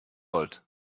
wollt